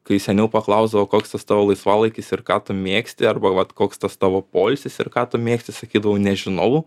kai seniau paklausdavo koks tas tavo laisvalaikis ir ką tu mėgsti arba vat koks tas tavo poilsis ir ką tu mėgsti sakydavau nežinau